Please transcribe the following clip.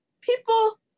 people